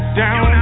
down